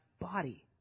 body